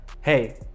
hey